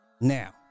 Now